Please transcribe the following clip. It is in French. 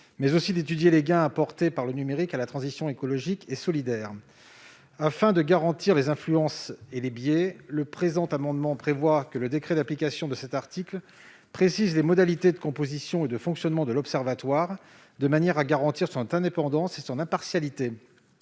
mais aussi d'étudier les gains apportés par le numérique à la transition écologique et solidaire. Afin de prévenir les influences et les biais, le présent amendement prévoit que le décret d'application de cet article précise les modalités de composition et de fonctionnement de l'observatoire de manière à garantir son indépendance et son impartialité.